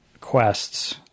quests